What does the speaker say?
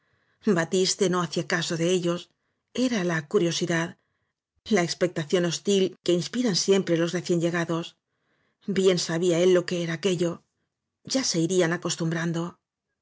batiste no hacía caso de ellos era la cu riosidad la expectación hostil que inspiran siempre los reciénllegados bien sabía él lo que era aquello ya se irían acostumbrando